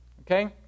Okay